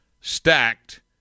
stacked